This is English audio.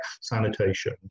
sanitation